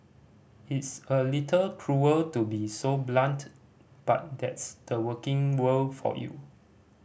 it's a little cruel to be so blunt but that's the working world for you